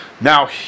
Now